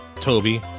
Toby